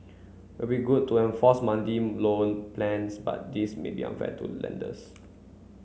it'd be good to enforce monthly loan plans but this may be unfair to lenders